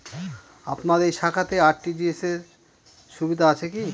আপনার এই শাখাতে আর.টি.জি.এস সুবিধা আছে কি?